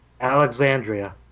Alexandria